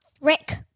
Rick